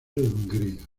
hungría